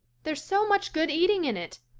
there's so much good eating in it.